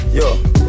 yo